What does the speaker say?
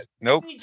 Nope